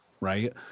right